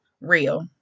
real